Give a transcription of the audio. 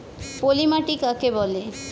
পলি মাটি কাকে বলে?